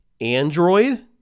Android